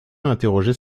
interroger